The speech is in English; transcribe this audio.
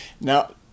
Now